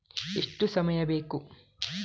ಎಷ್ಟು ಸಮಯ ಬೇಕು?